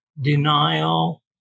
denial